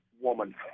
woman